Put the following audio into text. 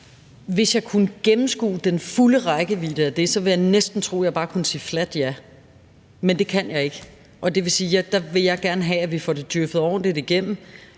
Hvis jeg kunne gennemskue den fulde rækkevidde af det, ville jeg næsten tro, at jeg bare kunne sige fladt ja. Men det kan jeg ikke, og det vil sige, at jeg gerne vil have, at vi får det arbejdet ordentligt igennem